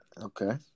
Okay